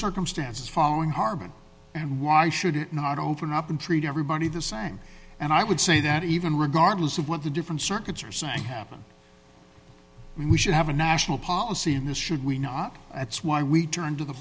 circumstances following harman and why should it not open up and treat everybody the same and i would say that even regardless of what the different circuits are saying happened we should have a national policy in this should we not that's why we turn to the